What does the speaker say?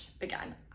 again